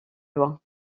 lois